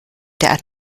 der